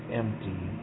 empty